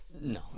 no